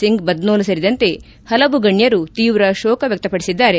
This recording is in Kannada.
ಸಿಂಗ್ ಬದ್ನೋಲ್ ಸೇರಿದಂತೆ ಹಲವು ಗಣ್ಕರು ತೀವ್ರ ಶೋಕ ವ್ಯಕ್ತಪಡಿಸಿದ್ದಾರೆ